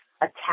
attack